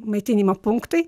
maitinimo punktai